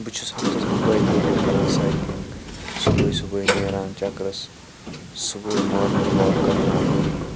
بہٕ چھُس ہَفتَس منٛز دۄیہِ ترٛیہِ لَٹہِ کران سایِکٕلِنٛگ صُبحٲے صُبحٲے نِیران چَکرَس صُبحٲے مارنِنٛگ واک کران اَپٲرِی